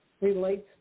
relates